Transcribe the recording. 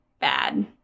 bad